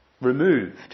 removed